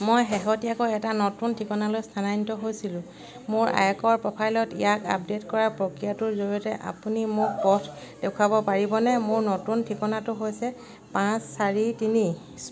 মই শেহতীয়াকৈ এটা নতুন ঠিকনালৈ স্থানান্তৰ হৈছিলোঁ মোৰ আয়কৰ প্ৰফাইলত ইয়াক আপডেট কৰাৰ প্ৰক্ৰিয়াটোৰ জৰিয়তে আপুনি মোক পথ দেখুৱাব পাৰিবনে মোৰ নতুন ঠিকনাটো হৈছে পাঁচ চাৰি তিনি